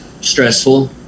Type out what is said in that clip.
stressful